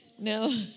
No